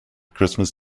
christmas